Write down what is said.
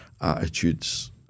attitudes